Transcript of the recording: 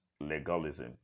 legalism